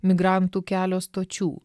migrantų kelio stočių